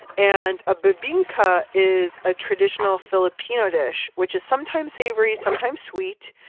and a bebinca is a traditional filipino dish, which is sometimes savory sometimes sweet.